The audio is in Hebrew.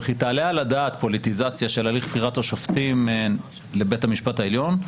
וכי תעלה על הדעת פוליטיזציה של הליך בחירת השופטים לבית המשפט העליון?